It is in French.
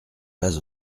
pas